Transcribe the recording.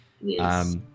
Yes